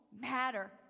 Matter